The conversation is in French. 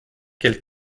quel